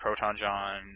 ProtonJohn